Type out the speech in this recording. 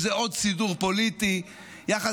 איזה עוד סידור פוליטי, יחד